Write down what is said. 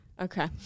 Okay